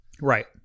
Right